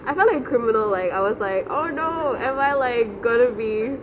I felt like a criminal like I was like oh no am I like got to be